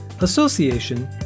association